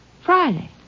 Friday